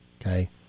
Okay